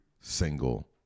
single